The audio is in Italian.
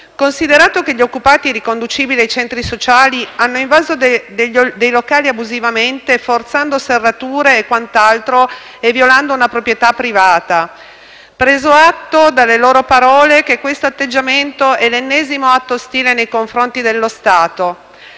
Considerato che gli occupanti, riconducibili ai centri sociali, hanno invaso dei locali abusivamente, forzando serrature e violando una proprietà privata, preso atto, dalle loro parole, che questo atteggiamento è l'ennesimo atto ostile nei confronti dello Stato,